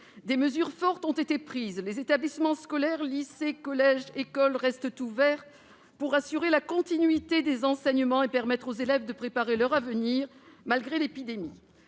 Des mesures fortes ont été prises ; les établissements scolaires, lycées, collèges, écoles, restent ouverts pour assurer la continuité des enseignements et permettre aux élèves de préparer leur avenir malgré l'épidémie.